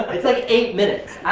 it's like eight minutes.